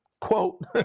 Quote